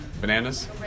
Bananas